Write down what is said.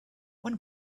when